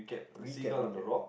recap recap